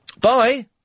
Bye